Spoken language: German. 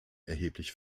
erheblich